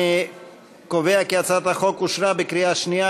אני קובע כי הצעת החוק אושרה בקריאה שנייה.